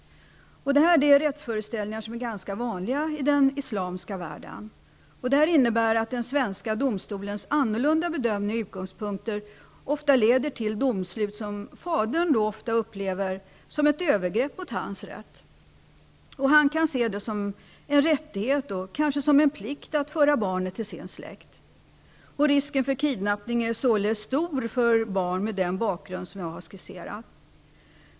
Detta är rättsföreställningar som är ganska vanliga i den islamiska världen. Det innebär att den svenska domstolens annorlunda bedömning och utgångspunkter ofta leder till domslut som fadern upplever som ett övergrepp mot sin rätt. Han kan se det som en rättighet och kanske som en plikt att föra barnet till sin släkt. Risken för kidnappning av barn med den bakgrund som jag har skisserat är således stor.